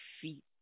feet